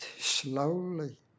slowly